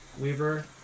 Weaver